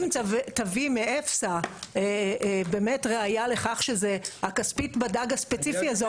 אם תביא מאפס"ה באמת ראיה לכך שזה הכספית בדג הספציפי הזה.